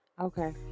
Okay